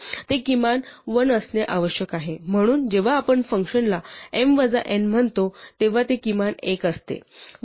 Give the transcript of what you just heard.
ते किमान 1 असणे आवश्यक आहे म्हणून जेव्हा आपण या फ़ंक्शनला m वजा n म्हणतो तेव्हा ते किमान एक असते